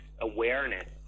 awareness